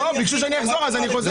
לא, היא ביקשה שאני אחזור אז חזרתי.